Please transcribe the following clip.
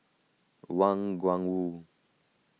Wang Gungwu